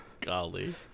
Golly